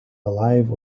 alive